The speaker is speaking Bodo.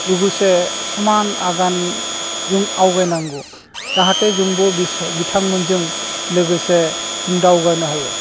लोगोसे समान आगानजों आवगायनांगौ जाहाथे जोंबो बिथांमोनजों लोगोसे जों दावगानो हायो